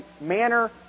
manner